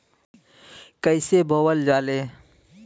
कईसे बोवल जाले?